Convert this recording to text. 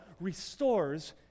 restores